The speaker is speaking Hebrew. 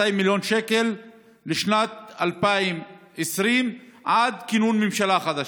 מיליון שקל לשנת 2020 עד כינון ממשלה חדשה.